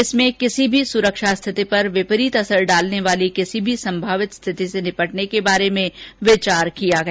इसमें किसी भी सुरक्षा स्थिति पर विपरीत असर डालने वाली किसी भी संभावित स्थिति से निपटने के बारे में विचार किया गया